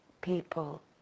People